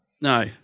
No